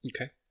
Okay